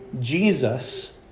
Jesus